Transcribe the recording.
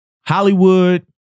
Hollywood